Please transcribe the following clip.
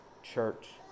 church